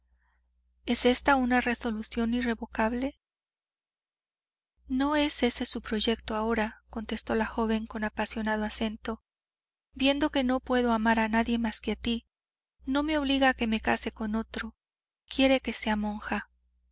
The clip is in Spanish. es esta una resolución irrevocable no es ese su proyecto ahora contestó la joven con apasionado acento viendo que no puedo amar a nadie más que a ti no me obliga a que me case con otro quiere que sea monja